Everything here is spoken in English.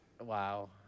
wow